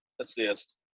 assist